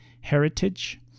heritage